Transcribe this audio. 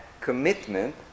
commitment